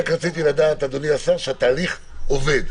רק רציתי לדעת, אדוני השר, שהתהליך הזה עובד.